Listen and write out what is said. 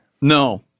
No